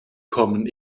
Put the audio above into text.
kommen